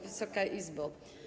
Wysoka Izbo!